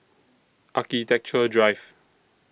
Architecture Drive